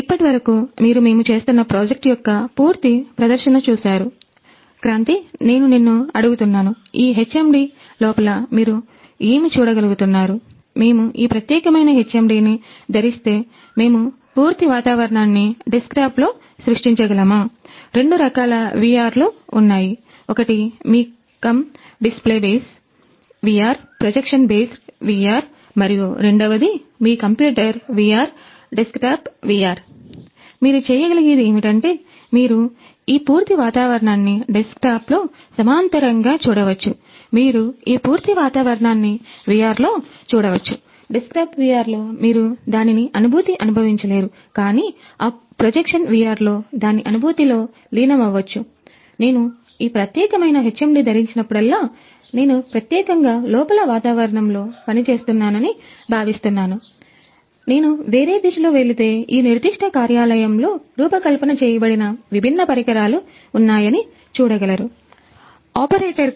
ఇప్పటివరకు మీరు మేము చేస్తున్న ప్రాజెక్ట్ యొక్క పూర్తి ప్రదర్శన చూశారు క్రాంతి నేను నిన్ను అడుగుతున్నాను ఈ హెచ్ఎండి మీరు చేయగలిగేది ఏమిటంటే మీరు ఈ పూర్తి వాతావరణాన్ని డెస్క్టాప్లో సమాంతరంగా చూడవచ్చు మీరు ఈ పూర్తి వాతావరణాన్ని VR లో చూడవచ్చు డెస్క్టాప్ VR లో మీరు దాని అనుభూతి అనుభవించలేరు కాని మీరు అ ప్రొజెక్షన్ VR లో దాని అనుభూతి లో లీనమవ్వచ్చు లో రూపకల్పన చేయబడిన భిన్నమైన పరికరాలు ఉన్నాయి అని చూడగలను